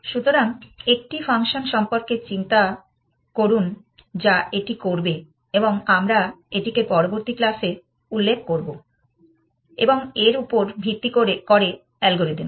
সুতরাং একটি ফাংশন সম্পর্কে চিন্তা করুন যা এটি করবে এবং আমরা এটিকে পরবর্তী ক্লাসে উল্লেখ করব এবং এর উপর ভিত্তি করে অ্যালগরিদম